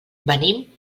venim